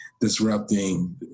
disrupting